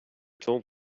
told